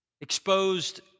exposed